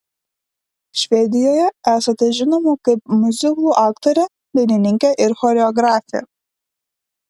švedijoje esate žinoma kaip miuziklų aktorė dainininkė ir choreografė